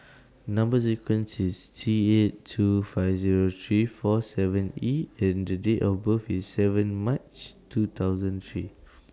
Number sequence IS T eight two five Zero three four seven E and The Date of birth IS seven March two thousand three